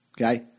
okay